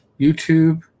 YouTube